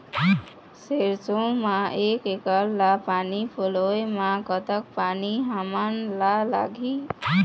सरसों म एक एकड़ ला पानी पलोए म कतक पानी हमन ला लगही?